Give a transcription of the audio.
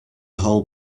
whole